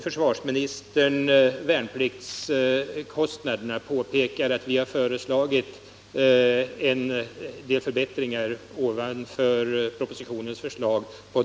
Försvarsministern nämnde värnpliktskostnaderna och påpekade att vi på den punkten föreslagit en del förbättringar utöver propositionens förslag.